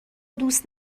دوست